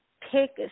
pick –